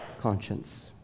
conscience